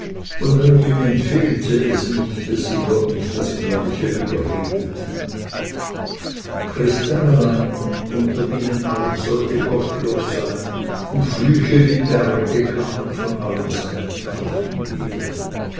und an ihnen fehlte es nicht daß sie gott nicht das gleiche überredeten christen allein unter ihnen allen sollte gottlos sein und flüche wie berge kamen von allen seiten auf ihn her